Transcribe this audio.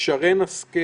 שרן השכל